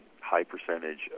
high-percentage